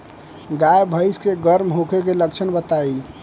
गाय भैंस के गर्म होखे के लक्षण बताई?